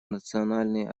национальной